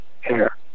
hair